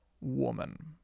woman